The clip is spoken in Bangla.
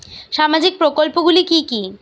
সামাজিক প্রকল্পগুলি কি কি?